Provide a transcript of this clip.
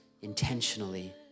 intentionally